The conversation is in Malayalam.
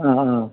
ആ ആ